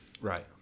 Right